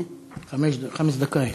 חמש דקות.